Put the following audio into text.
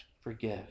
forgive